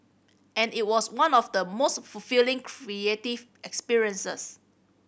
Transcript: and it was one of the most fulfilling creative experiences